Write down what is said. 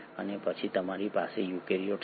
અને પછી તમારી પાસે યુકેરીયોટ્સ છે